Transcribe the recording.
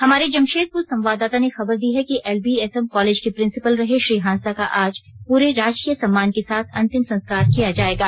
हमारे जमशेदपुर संवाददाता ने खबर दी है कि एलबीएसएम कॉलेज के प्रिंसिपल रहे श्री हांसदा का आज पूरे राजकीय सम्मान के साथ अंतिम संस्कार किया जायेगा